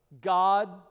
God